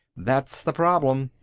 that's the problem.